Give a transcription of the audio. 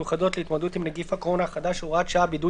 מיוחדות להתמודדות עם נגיף הקורונה החדש (הוראת שעה)(בידוד